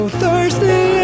thirsty